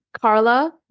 Carla